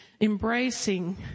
embracing